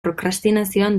prokrastinazioan